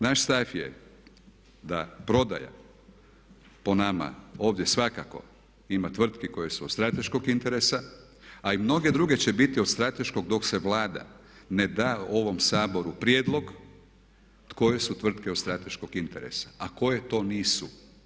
Naš stav je da prodaja po nama ovdje, svakako ima tvrtki koje su od strateškog interesa a i mnoge druge će biti od strateškog dok Vlada ne da ovom Saboru prijedlog koje su tvrtke od strateškog interesa a koje to nisu.